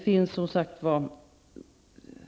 Jag vill dock inte nedvärdera den fråga som är ställd.